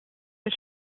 was